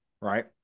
right